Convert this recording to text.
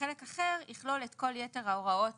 וחלק אחר יכלול את כל יתר ההוראות